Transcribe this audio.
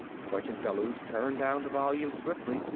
sergeant bellews turned down the volume swiftly.